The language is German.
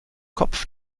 kopf